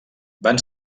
van